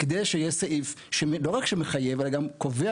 כדי שיהיה סעיף שלא רק מחייב אלא גם קובע